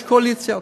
יש קואליציה.